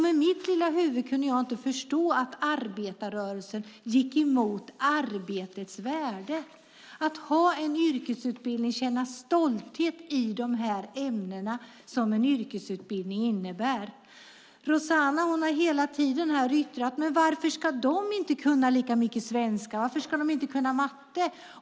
Med mitt lilla huvud kunde jag inte förstå att arbetarrörelsen gick emot arbetets värde och värdet i att ha en yrkesutbildning och känna stolthet i de ämnen som en yrkesutbildning innebär. Rossana har här hela tiden yttrat: Men varför ska de inte kunna lika mycket svenska? Varför ska de inte kunna matte?